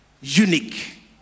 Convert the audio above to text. unique